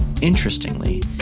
Interestingly